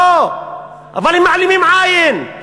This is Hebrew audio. לא, אבל הם מעלימים עין.